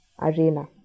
arena